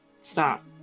Stop